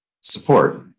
support